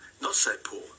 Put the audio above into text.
not-so-poor